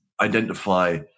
identify